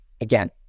again